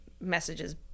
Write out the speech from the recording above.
messages